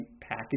package